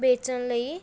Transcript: ਵੇਚਣ ਲਈ